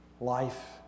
life